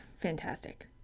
fantastic